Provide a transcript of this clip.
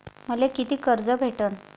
मले कितीक कर्ज भेटन?